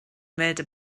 made